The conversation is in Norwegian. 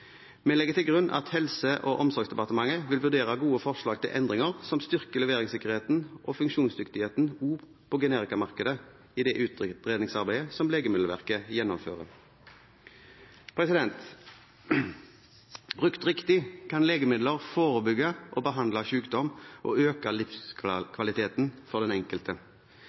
Vi legger til grunn at Helse- og omsorgsdepartementet vil vurdere gode forslag til endringer som styrker leveringssikkerheten og funksjonsdyktigheten også på generikamarkedet i det utredningsarbeidet som Legemiddelverket gjennomfører. Brukt riktig kan legemidler forebygge og behandle sykdom og øke livskvaliteten for den enkelte.